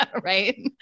Right